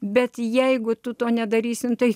bet jeigu tu to nedarysime tai